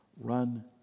Run